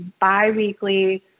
bi-weekly